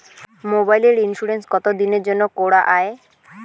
মোবাইলের ইন্সুরেন্স কতো দিনের জন্যে করা য়ায়?